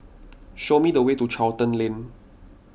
show me the way to Charlton Lane